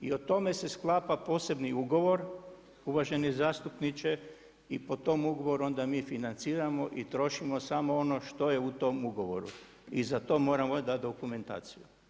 I o tome se sklapa posebni ugovor, uvaženi zastupniče, i po tom ugovoru onda mi financiramo i trošimo samo ono što je u tom ugovoru i za to moramo dati dokumentaciju.